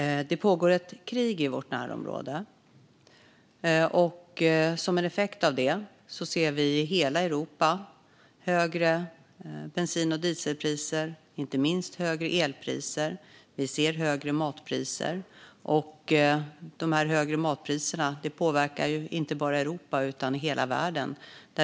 Fru talman! Det pågår ett krig i vårt närområde. Som en effekt av det ser vi i hela Europa högre bensin och dieselpriser, inte minst högre elpriser och matpriser. De högre matpriserna påverkar ju inte bara Europa utan hela världen.